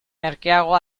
merkeago